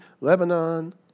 Lebanon